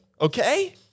Okay